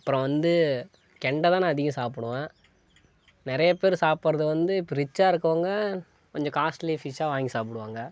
அப்புறம் வந்து கெண்டைதான் நான் அதிகம் சாப்பிடுவேன் நிறையா பேர் சாப்பிட்றது வந்து இப்போ ரிச்சாக இருக்கவங்க கொஞ்சம் காஸ்ட்லி ஃபிஷ்ஷாக வாங்கி சாப்பிடுவாங்க